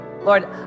Lord